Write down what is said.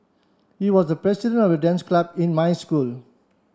he was the president of the dance club in my school